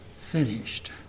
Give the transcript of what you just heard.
finished